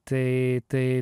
tai tai